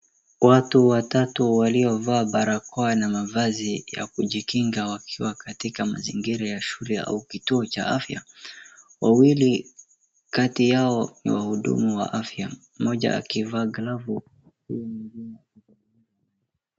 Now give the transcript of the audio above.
Watu watatu waliovaa barakoa na mavazi ya kujikinga wakiwa katika mazingira ya shule au kituo cha afya, wawili kati yao ni wahudumu wa afya, mmoja akivaa glove huyo mwingine akivaa.